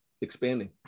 expanding